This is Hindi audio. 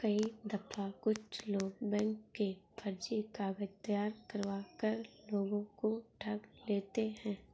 कई दफा कुछ लोग बैंक के फर्जी कागज तैयार करवा कर लोगों को ठग लेते हैं